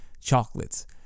chocolates